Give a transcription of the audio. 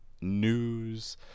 news